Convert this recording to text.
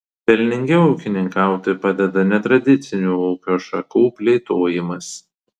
pelningiau ūkininkauti padeda netradicinių ūkio šakų plėtojimas